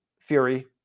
Fury